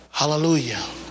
hallelujah